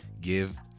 give